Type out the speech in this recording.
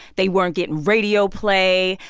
they weren't getting radio play,